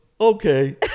okay